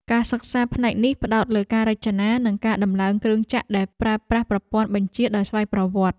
ការសិក្សាផ្នែកនេះផ្តោតលើការរចនា និងការដំឡើងគ្រឿងចក្រដែលប្រើប្រាស់ប្រព័ន្ធបញ្ជាដោយស្វ័យប្រវត្តិ។